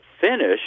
finish